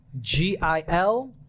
G-I-L